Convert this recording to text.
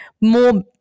more –